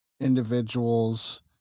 individuals